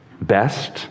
best